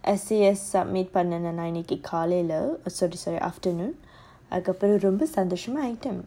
essay submit பண்ணனும்நான்இன்னைக்குகாலைல:pannanum nan innaiku kalaila afternoon அதுக்கப்புறம்ரொம்பசந்தோசமஇருக்கேன்:adhukapuram romba sandhosama iruken